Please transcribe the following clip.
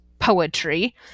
Poetry